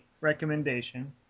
recommendation